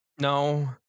No